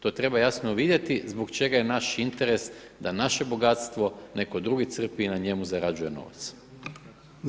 To treba jasno vidjeti zbog čega je naš interes da naše bogatstvo netko drugi crpi i na njemu zarađuje novac.